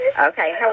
Okay